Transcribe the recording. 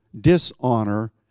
dishonor